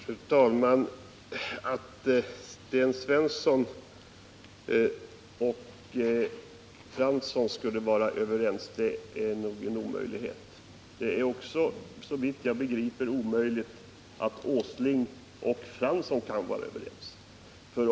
Fru talman! Att Sten Svensson och Arne Fransson skulle vara överens är nog en omöjlighet. Det är, såvitt jag kan begripa, också omöjligt att Nils Åsling och Arne Fransson kan vara överens.